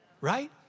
right